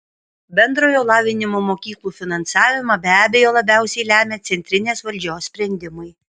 bendrojo lavinimo mokyklų finansavimą be abejo labiausiai lemia centrinės valdžios sprendimai